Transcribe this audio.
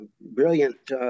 brilliant